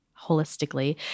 holistically